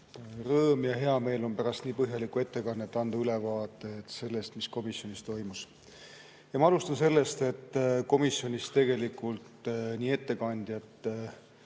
Rõõm ja hea meel on pärast nii põhjalikku ettekannet anda ülevaade sellest, mis komisjonis toimus. Ma alustan sellest, et komisjonis tegelikult nii ettekandjat